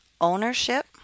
ownership